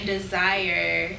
Desire